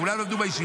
כולם למדו בישיבה?